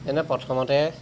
যেনে প্ৰথমতে